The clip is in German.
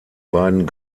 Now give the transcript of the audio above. beiden